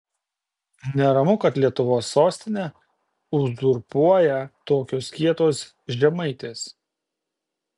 neramu kad lietuvos sostinę uzurpuoja tokios kietos žemaitės